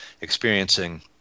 experiencing